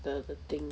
the the thing